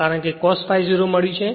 કારણ કે cos ∅ 0 મળ્યું છે